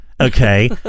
okay